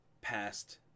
Past